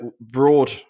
broad